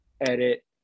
edit